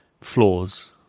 flaws